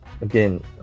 again